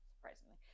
surprisingly